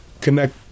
connect